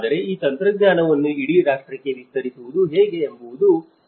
ಆದರೆ ಈ ತಂತ್ರಜ್ಞಾನವನ್ನು ಇಡೀ ರಾಷ್ಟ್ರಕ್ಕೆ ವಿಸ್ತರಿಸುವುದು ಹೇಗೆ ಎಂಬುದು ಸವಾಲು